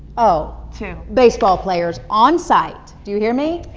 oh. two. baseball players on site. do you hear me?